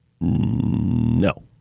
No